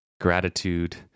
gratitude